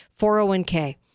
401k